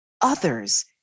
others